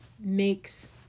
makes